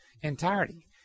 entirety